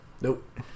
Nope